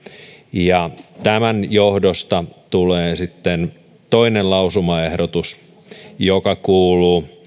tämän johdosta tulee sitten toinen lausumaehdotus joka kuuluu